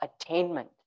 attainment